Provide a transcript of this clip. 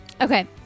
Okay